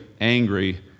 angry